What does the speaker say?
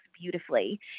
Beautifully